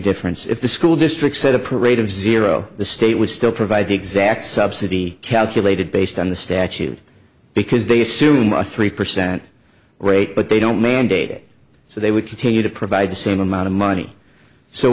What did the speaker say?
difference if the school district said a parade of zero the state would still provide the exact subsidy calculated based on the statute because they assume a three percent rate but they don't mandate it so they would continue to provide the same amount of money so